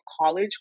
college